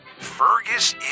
Fergus